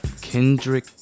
Kendrick